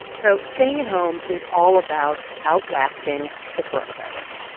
so staying at home is all about outlasting the coronavirus.